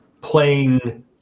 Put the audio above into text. playing